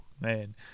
man